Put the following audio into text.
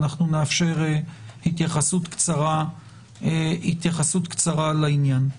נאפשר התייחסות קצרה לעניין.